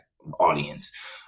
audience